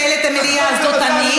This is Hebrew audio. מי שמנהלת את המליאה זאת אני,